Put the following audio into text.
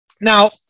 Now